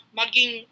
maging